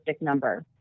number